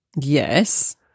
Yes